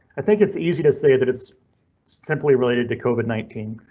i think it's easy to say that it's simply related to covid nineteen,